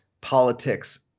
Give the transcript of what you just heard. politics